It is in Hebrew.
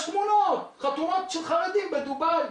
יש תמונות, חתונות של חרדים בדובאי.